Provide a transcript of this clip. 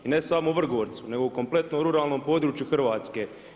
I ne samo u Vrgorcu, nego u kompletnom ruralnom području Hrvatske.